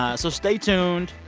um so stay tuned.